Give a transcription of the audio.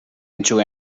into